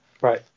Right